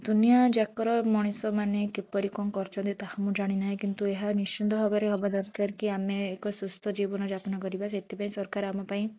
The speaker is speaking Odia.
ଦୁନିଆ ଜାକର ମଣିଷମାନେ କିପରି କ'ଣ କରୁଛନ୍ତି ତାହା ମୁଁ ଜାଣିନାହିଁ କିନ୍ତୁ ଏହା ନିଶ୍ଚିନ୍ତ ଭାବରେ ହେବା ଦରକାର କି ଆମେ ଏକ ସୁସ୍ଥ ଜୀବନଯାପନ କରିବା ସେଥିପାଇଁ ସରକାର ଆମ ପାଇଁ